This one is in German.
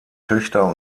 töchter